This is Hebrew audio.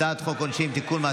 הצעת חוק העונשין (תיקון,